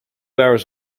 hours